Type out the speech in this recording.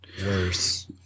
Worse